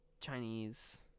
Chinese